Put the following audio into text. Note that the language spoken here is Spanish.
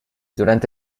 durante